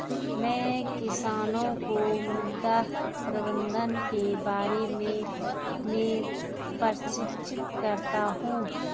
मैं किसानों को मृदा प्रबंधन के बारे में प्रशिक्षित करता हूँ